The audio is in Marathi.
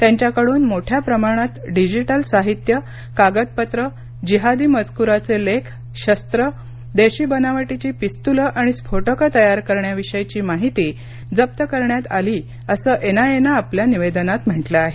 त्यांच्याकडून मोठ्या प्रमाणात डिजिटल साहित्य कागदपत्र जिहादी मजकुराचे लेख शस्त्रं देशी बनावटीची पिस्तूलं आणि स्फोटकं तयार करण्याविषयीची माहिती जप्त करण्यात आली असं एनआयए नं आपल्या निवेदनात म्हटलं आहे